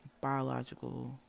biological